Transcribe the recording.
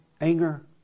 anger